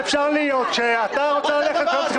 כאן --------- וברחת.